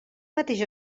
mateix